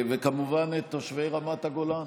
וכמובן, את תושבי רמת הגולן.